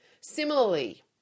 Similarly